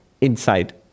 inside